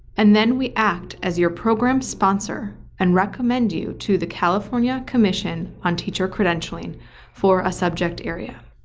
and then we act as your program sponsor and recommend you to the california commission on teacher credentialing for a subject area.